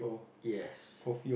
yes